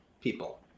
people